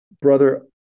brother